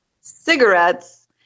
cigarettes